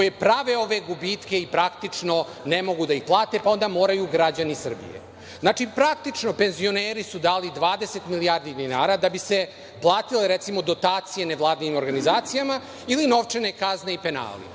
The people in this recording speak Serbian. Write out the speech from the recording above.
prave ove gubitke i praktično ne mogu da ih plate, pa onda moraju građani Srbije. Znači, praktično, penzioneri su dali 20 milijardi dinara da bi se platile dotacije nevladinim organizacijama ili novčane kazne i penali.